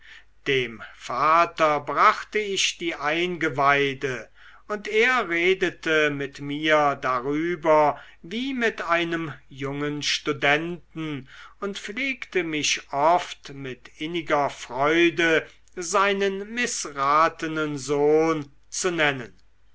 dem vater brachte ich die eingeweide und er redete mit mir darüber wie mit einem jungen studenten und pflegte mich oft mit inniger freude seinen mißratenen sohn zu nennen